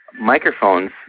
microphones